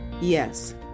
Yes